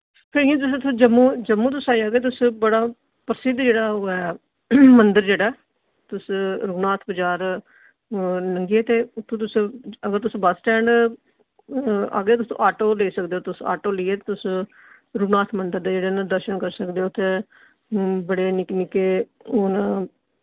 ते इ'यां जिसलै तुस जम्मू जम्मू तुस आई जाओ ते तुस बड़ा प्रसिद्ध जेह्ड़ा ओह् ऐ मंदर जेह्ड़ा ऐ तुस रघुनाथ बजार गे ते उत्थे तुस अगर तुस बस स्टैंड आगे तुस आटो लेई सकदे ओ तुस आटो लेइयै तुस रघुनाथ मंदर दे जेह्ड़े न दर्शन करी सकदे ओ ते बड़े निक्के निक्के हुन